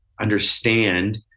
understand